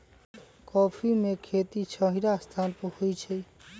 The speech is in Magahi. कॉफ़ी में खेती छहिरा स्थान पर होइ छइ